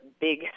big